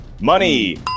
Money